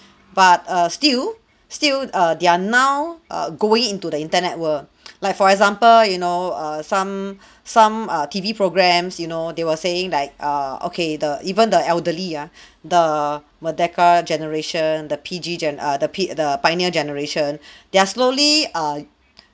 but err still still err they're now err going into the internet world like for example you know err some some uh T_V programs you know they were saying like err okay the even the elderly ah the merdeka generation the P_G gen~ err p and the pioneer generation they are slowly err